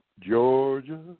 Georgia